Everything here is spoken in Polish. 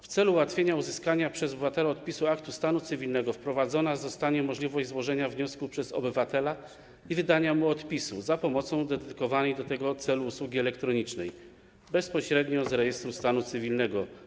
W celu ułatwienia uzyskania przez obywatela odpisu aktu stanu cywilnego wprowadzona zostanie możliwość złożenia wniosku przez obywatela i wydania mu odpisu za pomocą dedykowanej do tego celu usługi elektronicznej bezpośrednio z rejestru stanu cywilnego.